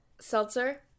Seltzer